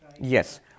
Yes